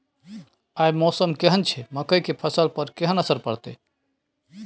आय मौसम केहन छै मकई के फसल पर केहन असर परतै?